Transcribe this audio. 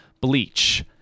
Bleach